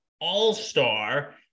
All-Star